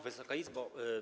Wysoka Izbo!